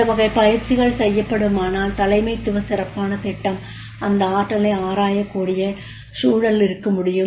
இந்த வகை பயிற்சிகள் செய்யப்படுமானால் தலைமைத்துவ சிறப்பான திட்டம் அந்த ஆற்றலை ஆராயக்கூடிய சூழல் இருக்க முடியும்